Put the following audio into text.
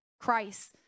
Christ